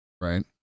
Right